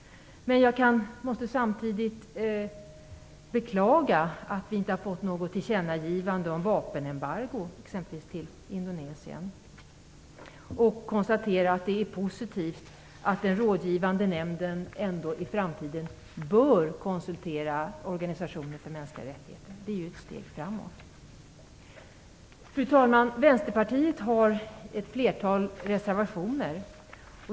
Men jag måste samtidigt beklaga att vi inte har fått något tillkännagivande om vapenembargo, exempelvis när det gäller Indonesien. Det är positivt att den rådgivande nämnden i framtiden ändå bör konsultera organisationer för mänskliga rättigheter. Det är ett steg framåt. Fru talman! Vänsterpartiet har ett flertal reservationer.